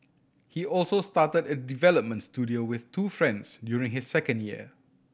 he also started a development studio with two friends during his second year